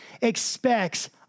expects